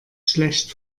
schlecht